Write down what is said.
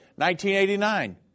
1989